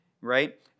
right